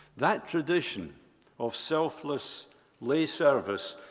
that tradition of selfless lay service,